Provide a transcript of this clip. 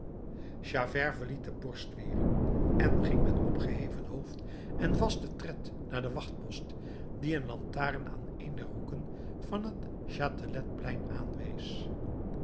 verliet de borstwering en ging met opgeheven hoofd en vasten tred naar den wachtpost dien een lantaarn aan een der hoeken van het chateletplein aanwees